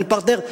אין פרטנר.